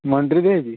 ମଣ୍ଡିରେ ଦିଆହେଇଛି